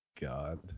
God